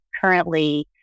currently